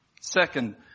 Second